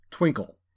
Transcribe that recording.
Twinkle